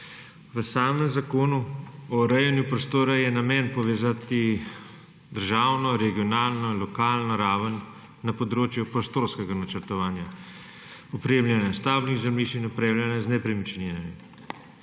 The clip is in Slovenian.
V samem Zakonu o urejanju prostora je namen povezati državno, regionalno, lokalno raven na področju prostorskega načrtovanja, opremljanja stavbnih zemljišč in upravljanja z nepremičninami.